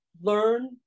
learn